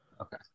Okay